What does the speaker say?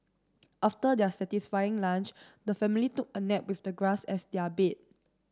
after their satisfying lunch the family took a nap with the grass as their bed